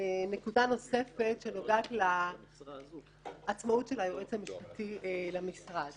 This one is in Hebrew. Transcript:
נקודה נוספת שנוגעת לעצמאות של היועץ המשפטי למשרד.